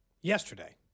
yesterday